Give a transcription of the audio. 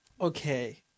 okay